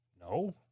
no